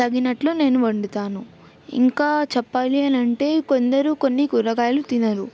తగినట్లు నేను వండుతాను ఇంకా చెప్పాలి అనంటే కొందరు కొన్ని కూరగాయలు తినరు